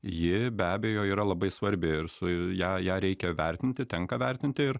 ji be abejo yra labai svarbi ir su ją ją reikia vertinti tenka vertinti ir